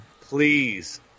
please